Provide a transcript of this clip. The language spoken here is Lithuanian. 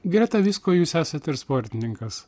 greta visko jūs esat ir sportininkas